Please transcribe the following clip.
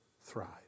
thrive